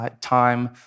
time